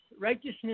righteousness